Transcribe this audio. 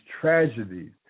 tragedies